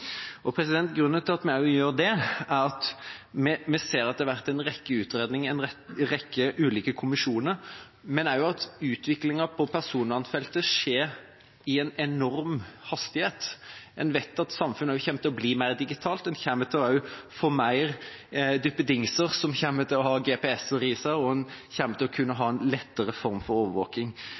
Grunnen til at vi gjør det, er at vi ser at det har vært en rekke utredninger, en rekke ulike kommisjoner, men også at utviklingen på personvernfeltet skjer i en enorm hastighet. Vi vet at samfunnet kommer til å bli mer digitalt. Vi kommer til å få flere duppedingser som kommer til å ha GPS i seg, og vi kommer til å ha en lettere form for overvåking.